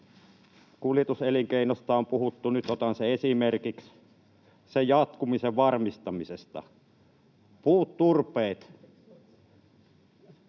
Kuljetuselinkeinosta on puhuttu — nyt otan sen esimerkiksi — sen jatkumisen varmistamisesta. Puut ja turpeet